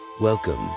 Welcome